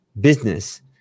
business